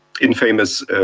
infamous